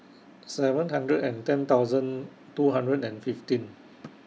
seven hundred and ten thousand two hundred and fifteen